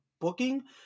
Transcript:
booking